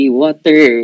water